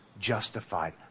justified